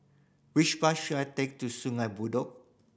which bus should I take to Sungei Bedok